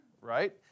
right